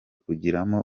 kubigiramo